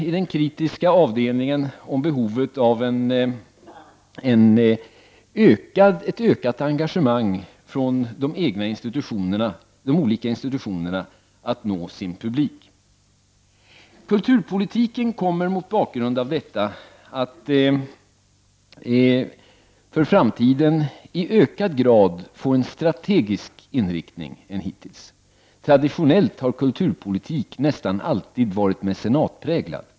I den kritiska avdelningen av rapporten pekar man på behovet av ett ökat engagemang från de olika institutionerna för att de skall nå sin publik. Kulturpolitiken kommer mot bakgrund av detta att för framtiden i ökad grad få en mera strategisk inriktning än hittills. Traditionellt har kulturpolitik nästan alltid varit mecenatpräglad.